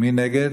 מי נגד?